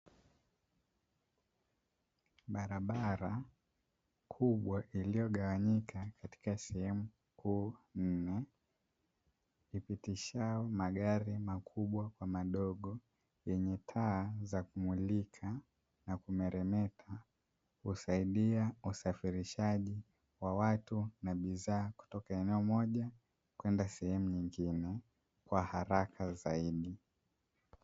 Barabara kubwa iliyogawanyika katika sehemu kuu nne, ipitishayo magari makubwa kwa madogo yenye taa za kumulika na kumeremeta. Husaidia usafirishaji wa watu na bidhaa kutoka eneo moja kwenda sehemu nyingine kwa haraka zaidi.